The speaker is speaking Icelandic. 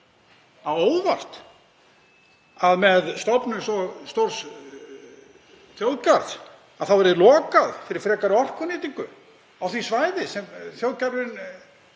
á óvart að með stofnun svo stórs þjóðgarðs yrði lokað fyrir frekari orkunýtingu á því svæði sem þjóðgarðurinn